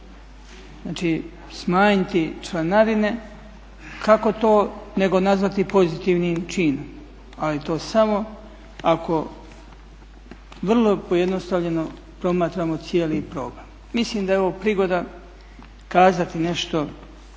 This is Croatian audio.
Znači smanjiti članarine, kako to nego nazvati pozitivnim činom, ali to samo ako vrlo pojednostavljeno promatramo cijeli program. Mislim da je ovo prigoda kazati nešto